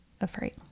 afraid